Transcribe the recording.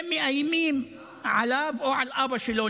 ומאיימים עליו או על אבא שלו,